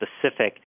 specific